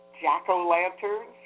jack-o'-lanterns